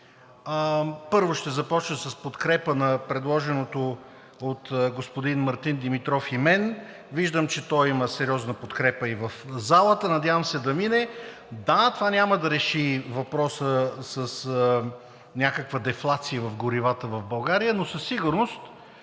Първо, ще започна с подкрепа на предложеното от господин Мартин Димитров и мен. Виждам, че то има сериозна подкрепа, и в залата се надявам да мине. Да, това няма да реши въпроса с някаква дефлация на горивата в България, но със сигурност